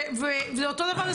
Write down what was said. ואותו דבר,